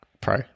Pro